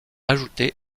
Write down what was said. ajoutés